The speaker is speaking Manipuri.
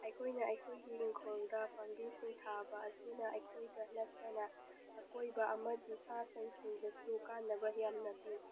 ꯑꯩꯈꯣꯏꯅ ꯑꯩꯈꯣꯏꯒꯤ ꯏꯪꯈꯣꯜꯗ ꯄꯥꯝꯕꯤꯁꯤꯡ ꯊꯥꯕ ꯑꯁꯤꯅ ꯑꯩꯈꯣꯏꯗ ꯅꯠꯇꯅ ꯑꯀꯣꯏꯕ ꯑꯃꯗꯤ ꯁꯥ ꯁꯟꯁꯤꯡꯗꯁꯨ ꯀꯥꯟꯅꯕ ꯌꯥꯝꯅ ꯄꯤ